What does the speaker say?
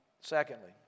Secondly